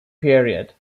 period